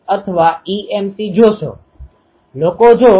પરંતુ જો હું અહીં જોઉં તો આ બધા એલીમેન્ટરી એન્ટેના છે